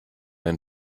ein